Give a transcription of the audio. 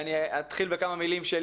אני אתחיל בכמה מילים שלי.